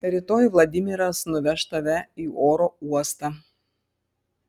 rytoj vladimiras nuveš tave į oro uostą